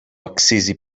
αξίζει